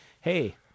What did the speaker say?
hey